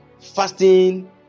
Fasting